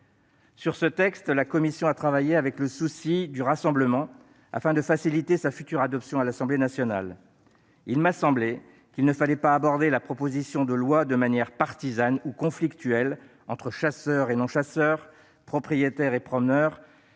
Sur ce texte, la commission a travaillé avec le souci du rassemblement, afin de faciliter sa future adoption à l'Assemblée nationale. Il m'a semblé qu'il ne fallait pas aborder la proposition de loi de manière partisane ou conflictuelle entre chasseurs et non-chasseurs, propriétaires et promeneurs,